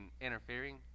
interfering